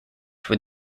would